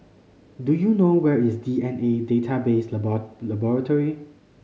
do you know where is D N A Database Laboratory